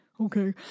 Okay